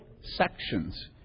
sections